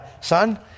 son